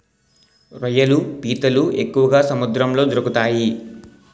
రొయ్యలు పీతలు ఎక్కువగా సముద్రంలో దొరుకుతాయి